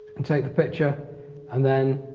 and take the picture and then